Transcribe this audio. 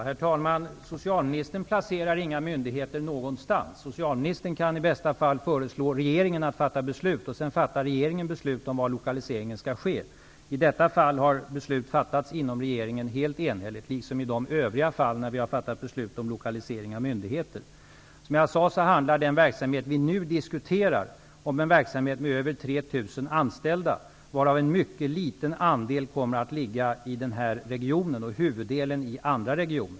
Herr talman! Socialministern placerar inga myndigheter någonstans. Socialministern kan i bästa fall föreslå regeringen att fatta beslut. Sedan beslutar regeringen var lokaliseringen skall ske. I detta fall har beslut fattats av regeringen helt enhälligt, liksom i övriga fall när vi fattat beslut om lokalisering av myndigheter. Som jag sade handlar det vi nu diskuterar om en verksamhet med över 3 000 anställda, varav en mycket liten del kommer att ligga i denna region. Huvuddelen kommer att ligga i andra regioner.